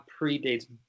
predates